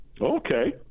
Okay